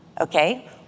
Okay